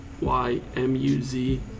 y-m-u-z